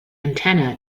antenna